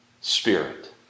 Spirit